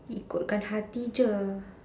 ikutkan hati je